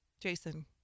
Jason